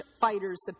fighters